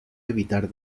evitar